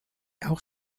auch